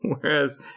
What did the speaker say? Whereas